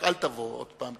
רק אל תבוא עוד פעם,